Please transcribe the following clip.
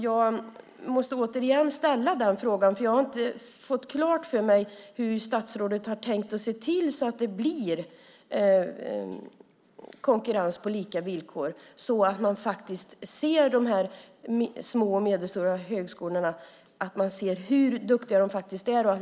Jag måste återigen ställa frågan, för jag har inte fått klart för mig hur statsrådet har tänkt se till att det blir konkurrens på lika villkor så att man faktiskt ser hur duktiga de här små och medelstora högskolorna är.